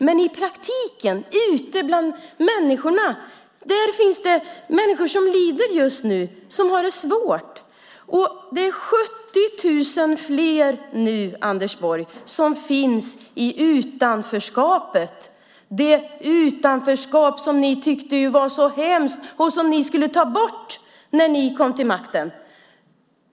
Men i praktiken, ute bland människorna, finns det de som lider just nu och som har det svårt. Det är nu 70 000 fler som finns i utanförskapet, Anders Borg, det utanförskap som ni tyckte var så hemskt och som ni skulle ta bort när ni kom till makten.